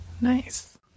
nice